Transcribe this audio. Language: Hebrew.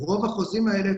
רוב החוזים האלה,